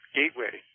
gateway